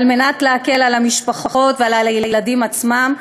על מנת להקל על המשפחות ועל הילדים עצמם,